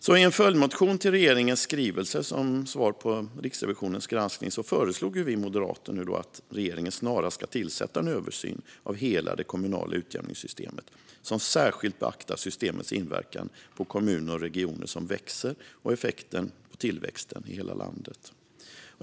I en följdmotion till regeringens skrivelse som svar på Riksrevisionens granskning föreslog vi moderater att regeringen snarast ska tillsätta en översyn av hela det kommunala utjämningssystemet, som särskilt beaktar systemets inverkan på kommuner och regioner som växer och effekten på tillväxten i hela landet.